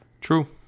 True